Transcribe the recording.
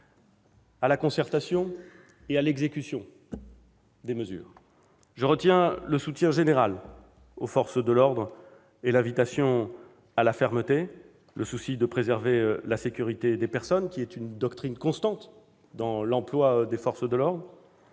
à la concertation et à l'exécution des mesures, le soutien unanime aux forces de l'ordre et l'invitation à la fermeté, le souci de la préservation de la sécurité des personnes, qui est une doctrine constante dans l'emploi des forces de l'ordre.